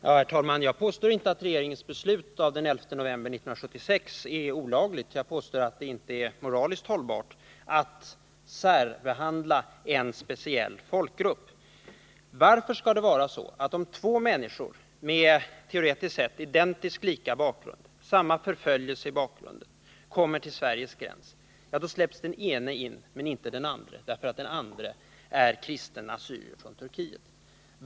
Herr talman! Jag påstår inte att regeringens beslut av den 11 november 1976 är olagligt. Jag påstår att det inte är moraliskt hållbart att särbehandla en speciell folkgrupp. Varför skall det vara så, att om två människor med teoretiskt sett identisk bakgrund — erfarenheter av samma förföljelse — kommer till Sveriges gräns släpps den ene men inte den andre in, därför att den andre är kristen assyrier från Turkiet?